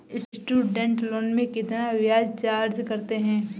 Student loan में कितना ब्याज चार्ज करते हैं?